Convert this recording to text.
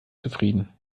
zufrieden